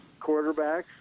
quarterbacks